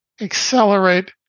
accelerate